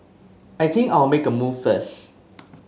I think I'll make a move first